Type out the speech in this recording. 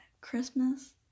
Christmas